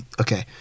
okay